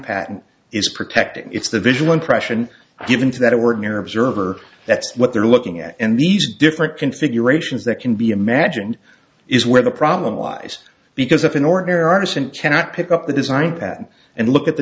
patent is protected it's the visual impression given to that word near observer that's what they're looking at and these different configurations that can be imagined is where the problem lies because if an ordinary artisan cannot pick up the design pattern and look at the